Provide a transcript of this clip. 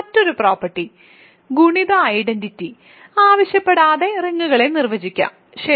മറ്റൊരു പ്രോപ്പർട്ടി ഗുണിത ഐഡന്റിറ്റി ആവശ്യപ്പെടാതെ റിങ്ങുകളെ നിർവചിക്കാം ശരി